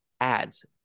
ads